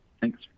Thanks